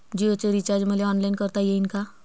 जीओच रिचार्ज मले ऑनलाईन करता येईन का?